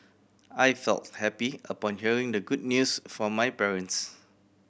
I felt happy upon hearing the good news from my parents